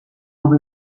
nuovo